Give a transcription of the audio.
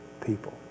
people